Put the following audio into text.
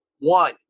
One